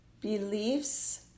beliefs